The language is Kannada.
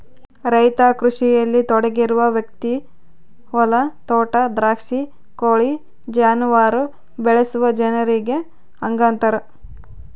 ರೈತ ಕೃಷಿಯಲ್ಲಿ ತೊಡಗಿರುವ ವ್ಯಕ್ತಿ ಹೊಲ ತೋಟ ದ್ರಾಕ್ಷಿ ಕೋಳಿ ಜಾನುವಾರು ಬೆಳೆಸುವ ಜನರಿಗೆ ಹಂಗಂತಾರ